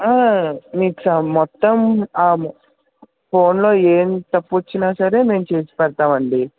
మీకు స మొత్తం ఫోన్లో ఏం తప్పొచ్చినా సరే మేము చేసి పెడతామండి